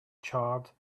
charred